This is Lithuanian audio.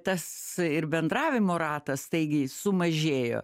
tas ir bendravimo ratas staigiai sumažėjo